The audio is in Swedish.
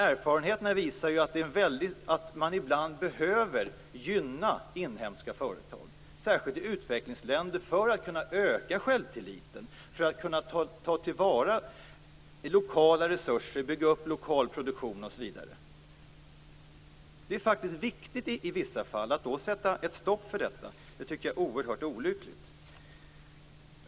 Erfarenheterna visar dock att man ibland behöver gynna inhemska företag, särskilt i utvecklingsländer, för att kunna öka självtilliten, för att kunna ta till vara lokala resurser, bygga upp lokal produktion osv. Det är faktiskt i vissa fall viktigt. Att sätta stopp för detta tycker jag är oerhört olyckligt.